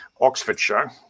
Oxfordshire